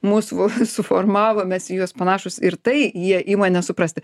mus suformavo mes į juos panašūs ir tai jie ima nesuprasti